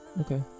okay